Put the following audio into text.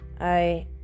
I